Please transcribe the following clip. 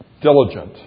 diligent